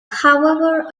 however